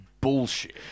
Bullshit